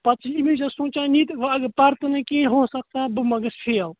پَتہٕ چھُ أمی ساتہٕ سوٗنٛچان یِتہِ وۅنۍ اگر پَرٕتہِ نہٕ کِہیٖنٛۍ ہوسکتا ہے بہٕ ما گَژھٕ فیَل